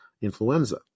influenza